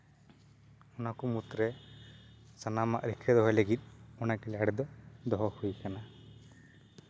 ᱚᱱᱟ ᱠᱚ ᱢᱩᱫᱽᱨᱮ ᱥᱟᱱᱟᱢᱟᱜ ᱨᱩᱠᱷᱤᱭᱟᱹᱣ ᱫᱚᱦᱚ ᱞᱟᱹᱜᱤᱫ ᱚᱱᱟ ᱜᱮᱞᱟᱨᱤ ᱫᱚ ᱫᱚᱦᱚ ᱦᱩᱭ ᱠᱟᱱᱟ